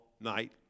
night